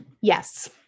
Yes